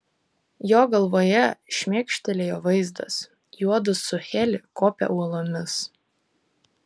jo galvoje šmėkštelėjo vaizdas juodu su heli kopia uolomis